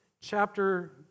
chapter